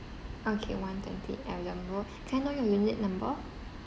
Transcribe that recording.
okay one twenty ellen road can I know your unit number